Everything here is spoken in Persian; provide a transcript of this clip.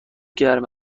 گرم